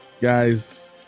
guys